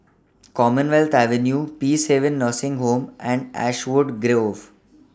Commonwealth Avenue Peacehaven Nursing Home and Ashwood Grove